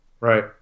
Right